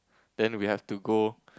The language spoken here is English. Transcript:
then we have to go